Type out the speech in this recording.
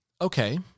okay